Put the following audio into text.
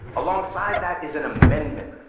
alongside that is an amendment,